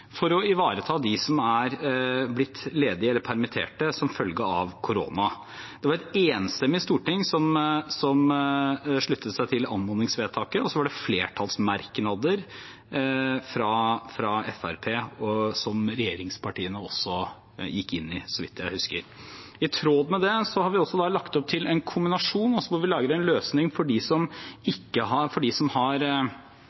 for å ivareta dem som er blitt ledige eller permittert som følge av korona. Det var et enstemmig storting som sluttet seg til anmodningsvedtaket, og så var det flertallsmerknader, fra Fremskrittspartiet som regjeringspartiene også gikk inn i, så vidt jeg husker. I tråd med det har vi lagt opp til en kombinasjon, hvor vi lager én løsning for dem som har under 52 uker, og en annen løsning, som er dagens, for dem som